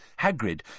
Hagrid